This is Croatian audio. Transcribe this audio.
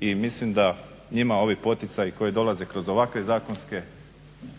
i mislim da njima ovi poticaji koji dolaze kroz ovakve zakonske